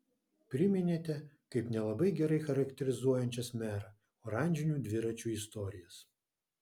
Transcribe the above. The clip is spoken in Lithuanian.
priminėte kaip nelabai gerai charakterizuojančias merą oranžinių dviračių istorijas